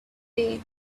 day